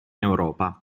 europa